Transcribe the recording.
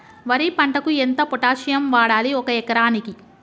వరి పంటకు ఎంత పొటాషియం వాడాలి ఒక ఎకరానికి?